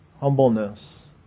humbleness